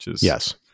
Yes